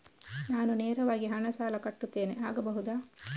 ನಾನು ನೇರವಾಗಿ ಹಣ ಸಾಲ ಕಟ್ಟುತ್ತೇನೆ ಆಗಬಹುದ?